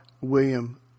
William